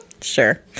Sure